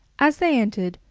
as they entered,